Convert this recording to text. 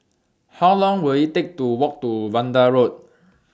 How Long Will IT Take to Walk to Vanda Road